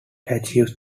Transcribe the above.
achieves